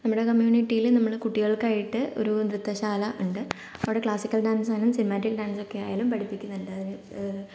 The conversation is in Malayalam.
നമ്മുടെ കമ്മ്യൂണിറ്റിയില് നമ്മള് കുട്ടികൾക്കായിട്ട് ഒരു നൃത്തശാല ഉണ്ട് അവിടെ ക്ലാസിക്കൽ ഡാൻസ് ആയാലും സിനിമാറ്റിക് ഡാൻസൊക്കെ ആയാലും പഠിപ്പിക്കുന്നുണ്ട് അത്